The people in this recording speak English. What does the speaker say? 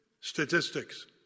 statistics